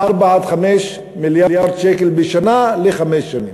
ל-4 5 מיליארד שקל בשנה לחמש שנים,